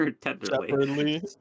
tenderly